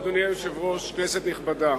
אדוני היושב-ראש, כנסת נכבדה,